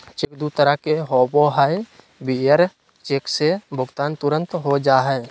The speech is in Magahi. चेक दू तरह के होबो हइ, बियरर चेक से भुगतान तुरंत हो जा हइ